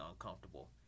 uncomfortable